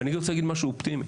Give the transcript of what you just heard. אני רוצה להגיד משהו אופטימי.